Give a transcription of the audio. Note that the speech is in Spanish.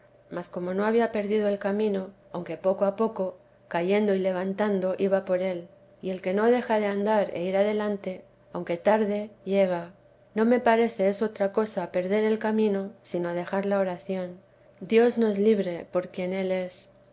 mas como no había perdido el camino aunque poco a poco cayendo y levantando iba por él y el que no deja de andar e ir adelante aunque tarde llega no me parece es otra cosa perder el camino sino dejar la oración dios nos libre por quien él es